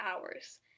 hours